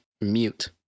mute